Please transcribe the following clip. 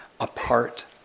apart